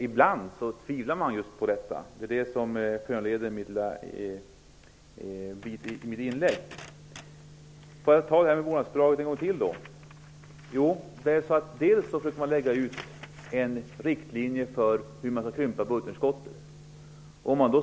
Ibland tvivlar jag på detta, och det är det som har föranlett mitt inlägg. Jag får väl ta upp frågan om vårdnadsbidraget en gång till. Bl.a. läggs det ut riktlinjer för hur budgetunderskottet skall krympas.